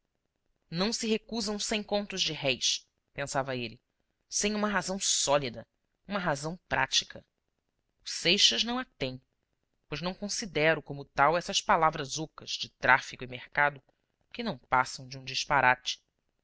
não se recusam cem contos de réis pensava ele sem uma razão sólida uma razão prática o seixas não a tem pois não considero como tal essas palavras ocas de tráfico e mercado que não passam de um disparate